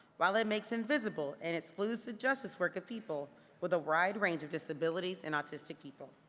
while it makes invisible and excludes the justice work of people with a wide range of disabilities and autistic people.